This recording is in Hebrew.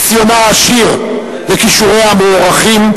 ניסיונה הציבורי העשיר וכישוריה המוערכים,